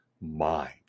mind